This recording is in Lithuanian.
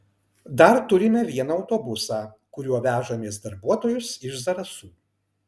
dar turime vieną autobusą kuriuo vežamės darbuotojus iš zarasų